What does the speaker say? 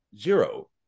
Zero